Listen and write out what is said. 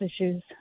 issues